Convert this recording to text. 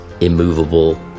immovable